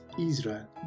Israel